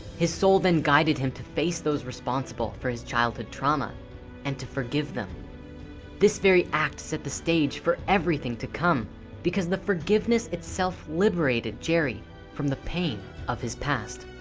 his soul then guided him to face those responsible for his childhood trauma and to forgive them this very act set the stage for everything to come because the forgiveness itself liberated jerry from the pain of his past